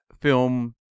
film